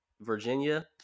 Virginia